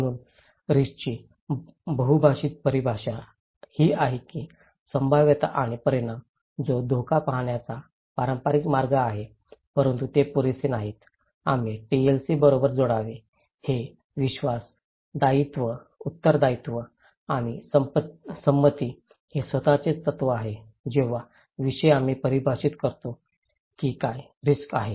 म्हणून रिस्कची बहुभाषिक परिभाषा ही आहे की संभाव्यता आणि परिमाण जो धोका पाहण्याचा पारंपारिक मार्ग आहे परंतु ते पुरेसे नाही आम्ही टीएलसी बरोबर जोडावे हे विश्वास उत्तरदायित्व आणि संमती हे स्वतःचेच तत्व आहे जेव्हा विषय आम्ही परिभाषित करतो की काय रिस्क आहे